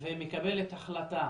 ומקבלת החלטה